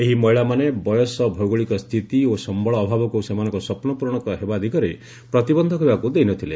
ଏହି ମହିଳାମାନେ ବୟସ ଭୌଗୋଳିକସ୍ଥିତି ଓ ସମ୍ଭଳ ଅଭାବକୁ ସେମାନଙ୍କ ସ୍ୱପ୍ନ ପୂରଣ ହେବା ଦିଗରେ ପ୍ରତିବନ୍ଧକ ହେବାକୁ ଦେଇ ନ ଥିଲେ